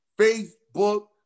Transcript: Facebook